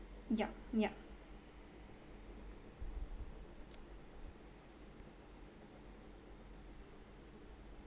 yup yup